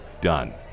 done